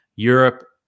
Europe